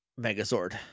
Megazord